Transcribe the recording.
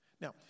Now